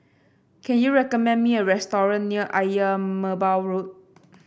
can you recommend me a restaurant near Ayer Merbau Road